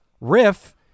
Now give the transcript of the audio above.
riff